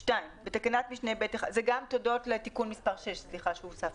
זה הודות לתיקון מס' 6 שהוסף.